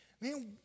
Man